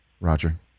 Roger